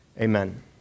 Amen